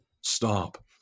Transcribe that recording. Stop